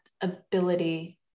ability